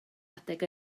adeg